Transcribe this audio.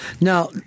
now